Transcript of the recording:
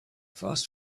fast